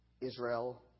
Israel